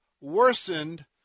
worsened